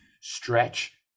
stretch